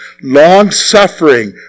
long-suffering